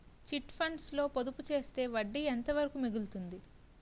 Chit funds లో పొదుపు చేస్తే వడ్డీ ఎంత వరకు మిగులుతుంది?